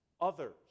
others